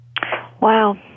Wow